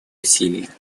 усилия